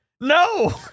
No